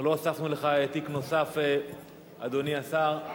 לא הוספנו לך תיק, אדוני השר.